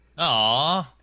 Aw